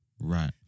Right